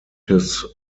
his